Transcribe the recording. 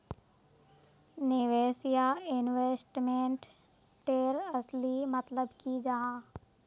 निवेश या इन्वेस्टमेंट तेर असली मतलब की जाहा?